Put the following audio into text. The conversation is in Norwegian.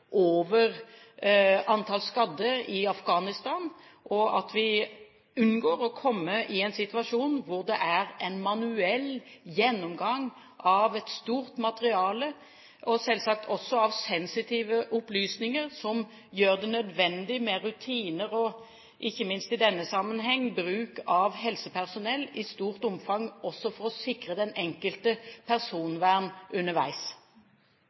over antall skadde i Afghanistan. Det er nødvendig med rutiner slik at vi unngår å komme i en situasjon med en manuell gjennomgang av et stort materiale – selvsagt også med sensitive opplysninger – og, ikke minst i denne sammenheng, bruk av helsepersonell i stort omfang – for å sikre den enkelte personvern underveis.